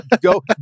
go